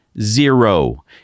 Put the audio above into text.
zero